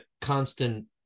constant